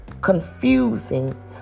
confusing